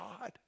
God